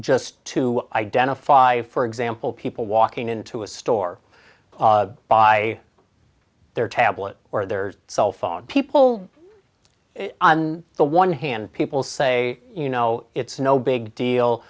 just to identify for example people walking into a store by their tablet or their cell phone people on the one hand people say you know it's no big deal